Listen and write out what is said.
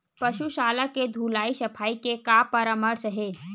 पशु शाला के धुलाई सफाई के का परामर्श हे?